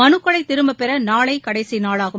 மனுக்களை திரும்பப்பெற நாளை கடைசி நாளாகும்